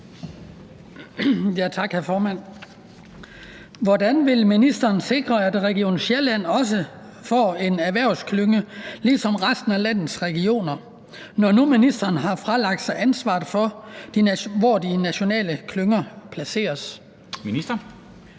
Hvordan vil ministeren sikre, at Region Sjælland også får en erhvervsklynge ligesom resten af landets regioner, når nu ministeren har fralagt sig ansvaret for, hvor de nationale klynger placeres?